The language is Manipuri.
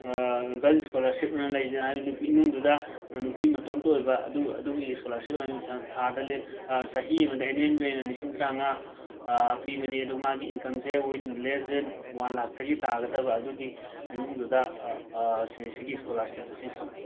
ꯒꯜ ꯁ꯭ꯀꯣꯂꯥꯔꯁꯤꯞ ꯑꯅ ꯂꯩꯔꯤꯁꯤꯅ ꯍꯥꯏꯗꯤ ꯅꯨꯄꯤ ꯏꯃꯨꯡꯗꯨꯗ ꯅꯨꯄꯤ ꯃꯇꯣꯝꯇ ꯑꯣꯏꯕ ꯑꯗꯨ ꯑꯗꯨꯒꯤ ꯁ꯭ꯀꯣꯂꯥꯔꯁꯤꯞ ꯑꯝ ꯊ ꯊꯥꯗ ꯂꯦ ꯆꯍꯤ ꯑꯃꯗ ꯑꯦꯅ꯭ꯋꯦꯟꯒꯤ ꯑꯣꯏꯅ ꯂꯤꯁꯤꯡ ꯇꯔꯥꯃꯉꯥ ꯄꯤꯕꯅꯤ ꯑꯗꯨ ꯃꯥꯒꯤ ꯏꯟꯀꯝꯁꯦ ꯋꯤꯟ ꯂꯦꯁ ꯗꯦꯟ ꯋꯥꯟ ꯂꯥꯛꯇꯒꯤ ꯇꯥꯒꯗꯕ ꯑꯗꯨꯒꯤ ꯏꯃꯨꯡꯗꯨꯗ ꯁꯤ ꯁꯤꯒꯤ ꯁ꯭ꯀꯣꯂꯥꯔꯁꯤꯞ ꯑꯁꯤ ꯐꯪꯏ